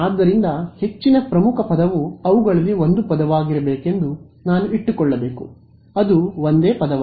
ಆದ್ದರಿಂದ ಹೆಚ್ಚಿನ ಪ್ರಮುಖ ಪದವು ಅವುಗಳಲ್ಲಿ ಒಂದು ಪದವಾಗಿರಬೇಕೆಂದು ನಾನು ಇಟ್ಟುಕೊಳ್ಳಬೇಕು ಅದು ಒಂದೇ ಪದವಾಗಿದೆ